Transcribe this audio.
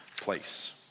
place